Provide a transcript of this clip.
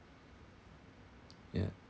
ya